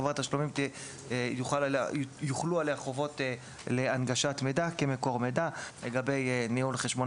על חברת תשלומים יוחלו חובות להנגשת מידע כמקור מידע לגבי ניהול חשבון